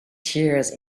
tears